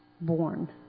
born